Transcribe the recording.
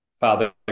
Father